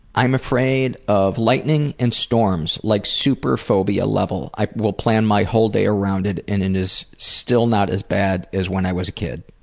afraid of lightning and storms, like super phobia level. i will plan my whole day around it, and it is still not as bad as when i was a kid.